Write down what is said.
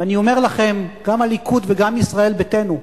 ואני אומר לכם, גם הליכוד וגם ישראל ביתנו,